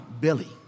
Billy